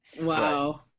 wow